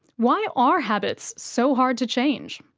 why are habits so hard to change?